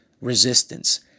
resistance